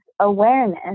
awareness